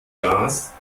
gas